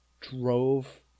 drove